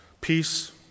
peace